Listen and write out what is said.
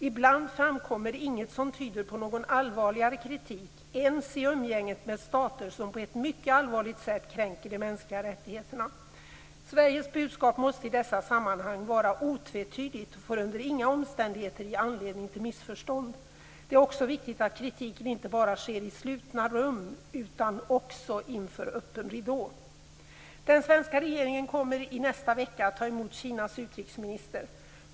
Ibland framkommer inget som tyder på någon allvarligare kritik, inte ens i umgänget med stater som på ett mycket allvarligt sätt kränker de mänskliga rättigheterna. Sveriges budskap måste i dessa sammanhang vara otvetydigt och får under inga omständigheter ge anledning till missförstånd. Det är också viktigt att kritiken inte bara sker i slutna rum utan också inför öppen ridå. Den svenska regeringen kommer i nästa vecka att ta emot Kinas utrikesminister.